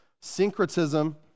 syncretism